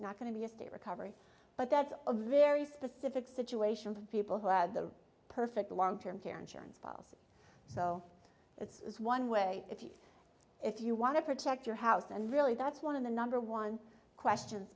not going to be a state recovery but that's a very specific situation for people who had the perfect long term care insurance policy so it's one way if you if you want to protect your house and really that's one of the number one questions